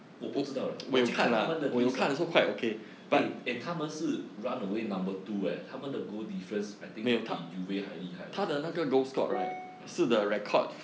我不知都 leh 我有去看他们的 list ah eh and 他们是 run away number two eh 他们的 goal difference I think 比 juve 还厉害 leh uh